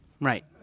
Right